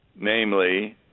namely